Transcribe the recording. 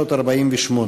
1265, 1384,